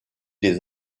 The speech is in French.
des